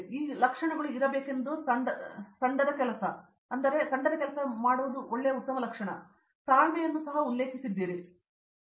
ಆದ್ದರಿಂದ ಈ ಲಕ್ಷಣಗಳು ಇರಬೇಕೆಂದು ತಂಡದ ಕೆಲಸ ತಂಡದ ಕೆಲಸ ಮತ್ತು ತಾಳ್ಮೆಯನ್ನು ಉಲ್ಲೇಖಿಸುತ್ತಿದ್ದೀರಿ ಅಥವಾ ನೀವು ತಂಡದಲ್ಲಿ ಬಂದಿದ್ದರೆ ಕನಿಷ್ಠ ನೀವು ಆ ಲಕ್ಷಣಗಳನ್ನು ಪಡೆಯುವಲ್ಲಿ ಕೊನೆಗೊಳ್ಳುವಿರಿ ಅದರಲ್ಲಿ ಕೆಲವು ಬರಲಿದೆ